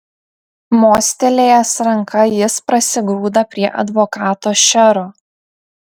mostelėjęs ranka jis prasigrūda prie advokato šero